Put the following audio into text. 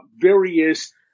various